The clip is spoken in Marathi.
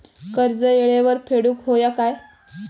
कर्ज येळेवर फेडूक होया काय?